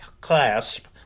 clasp